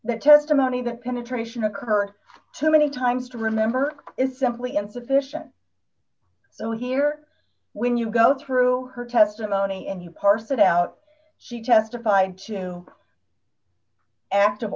that testimony that penetration occurred to many times to remember is simply insufficient though here when you go through her testimony and you parse it out she testified to active